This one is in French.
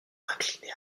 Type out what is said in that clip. incliné